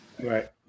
Right